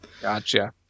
Gotcha